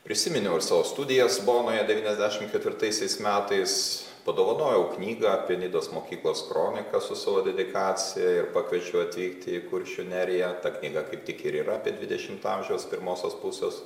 prisiminiau ir savo studijas bonoje devyniasdešimt ketvirtaisiais metais padovanojau knygą apie nidos mokyklos kroniką su savo dedikacija ir pakviečiau atvykti į kuršių neriją ta knyga kaip tik ir yra apie dvidešimto amžiaus pirmosios pusės